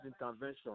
intervention